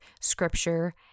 scripture